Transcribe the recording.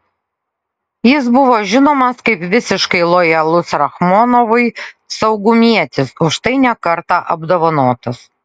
jis buvo žinomas kaip visiškai lojalus rachmonovui saugumietis už tai ne kartą apdovanotas